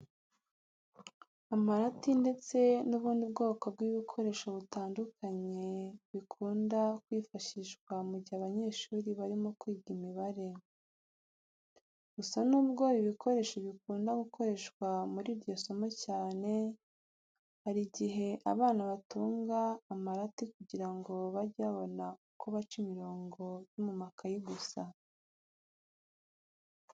Amarati ndetse n'ubundi bwoko bw'ibikoresho bitandukanye bikunda kwifashishwa mu gihe abanyeshuri barimo kwiga imibare. Gusa nubwo ibi bikoresho bikunda gukoreshwa muri iryo somo cyane, hari igihe abana batunga amarati kugira ngo bajye babona uko baca imirongo yo mu makayi gusa.